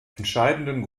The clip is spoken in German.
entscheidenden